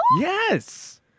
Yes